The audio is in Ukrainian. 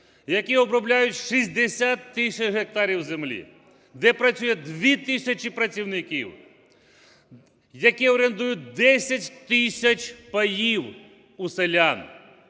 які обробляють 60 тисяч гектарів землі, де працює 2 тисячі працівників, які орендують 10 тисяч паїв у селян,